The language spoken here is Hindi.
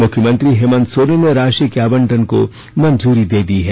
मुख्यमंत्री हेमन्त सोरेन ने राशि के आवंटन को मंजूरी दे दी है